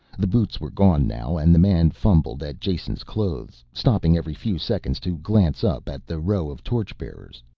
the boots were gone now and the man fumbled at jason's clothes, stopping every few seconds to glance up at the row of torch-bearers.